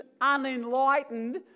unenlightened